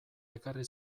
ekarri